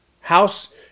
House